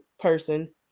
person